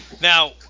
now